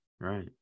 Right